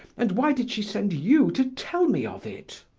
and why did she send you to tell me of it?